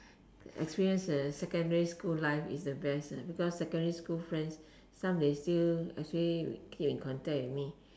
experience the secondary school life is the best because secondary school friends some they still actually keep in contact with me